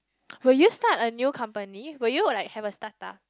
will you start a new company will you like have a startup